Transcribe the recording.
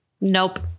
Nope